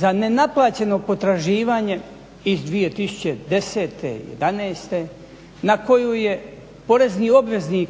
za nenaplaćeno potraživanje iz 2010., jedanaeste na koju je porezni obveznik